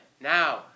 now